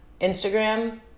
Instagram